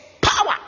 power